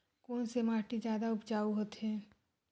कोन से माटी जादा उपजाऊ होथे?